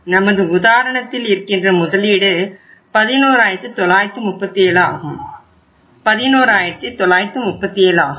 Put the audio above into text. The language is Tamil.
நமது உதாரணத்தில் இருக்கின்ற முதலீடு 11937 ஆகும்